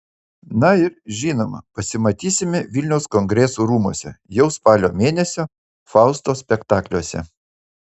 na ir žinoma pasimatysime vilniaus kongresų rūmuose jau spalio mėnesio fausto spektakliuose